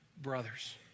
brothers